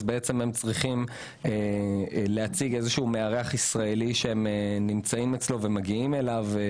הם צריכים להציג איזשהו מארח ישראלי שהם נמצאים אצלו ומגיעים אליו.